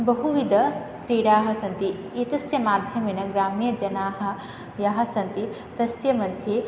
बहुविदक्रीडाः सन्ति एतस्य माध्यमेन ग्राम्यजनाः याः सन्ति तस्य मध्ये